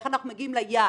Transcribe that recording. איך אנחנו מגיעים ליעד,